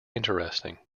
interesting